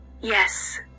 Yes